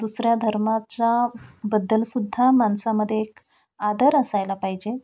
दुसऱ्या धर्माच्या बद्दलसुद्धा माणसामध्ये एक आदर असायला पाहिजे